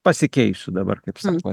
pasikeisiu dabar kaip sako